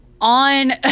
On